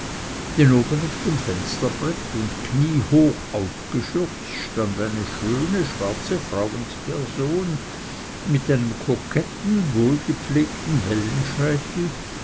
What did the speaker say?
oben auf dem fensterbrett und kniehoch aufgeschürzt stand eine schöne schwarze frauensperson mit einem koketten und wohlgepflegten